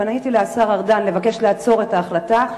אני פניתי אל השר ארדן לבקש לעצור את ההחלטה,